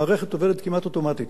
המערכת עובדת כמעט אוטומטית,